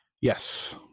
Yes